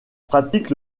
pratique